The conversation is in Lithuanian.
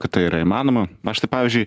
kad tai yra įmanoma aš tai pavyzdžiui